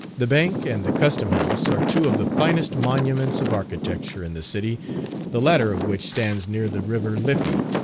the bank and the custom-house are two of the finest monuments of architecture in the city the latter of which stands near the river liffey,